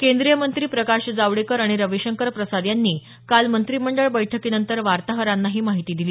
केंद्रीय मंत्री प्रकाश जावडेकर आणि रविशंकर प्रसाद यांनी काल मंत्रीमंडळ बैठकीनंतर वार्ताहरांना ही माहिती दिली